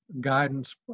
guidance